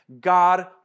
God